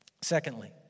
Secondly